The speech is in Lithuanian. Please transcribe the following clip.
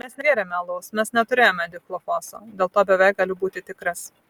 mes negėrėme alaus mes neturėjome dichlofoso dėl to beveik galiu būti tikras